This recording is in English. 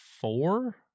four